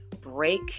break